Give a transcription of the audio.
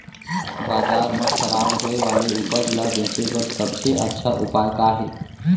बाजार मा खराब होय वाले उपज ला बेचे बर सबसे अच्छा उपाय का हे?